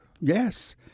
Yes